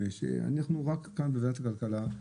אנחנו כאן בוועדת הכלכלה,